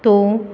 तूं